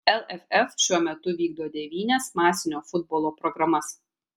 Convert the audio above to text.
lff šiuo metu vykdo devynias masinio futbolo programas